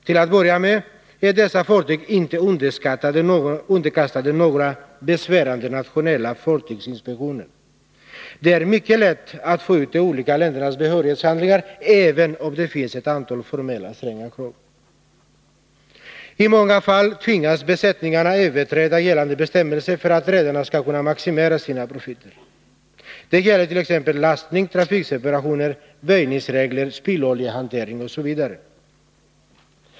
Till att börja med är dessa fartyg inte underkastade några besvärande nationella fartygsinspektioner. Det är mycket lätt att få ut de olika ländernas behörighetshandlingar, även om det finns ett antal stränga, formella krav. I många fall tvingas besättningarna överträda gällande bestämmelser för att redarna skall kunna maximera sina profiter. Det gäller beträffande lastning, trafikseparationer, väjningsregler, spilloljehantering osv.